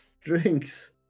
Drinks